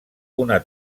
una